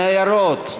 ניירות,